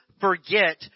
forget